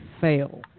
fail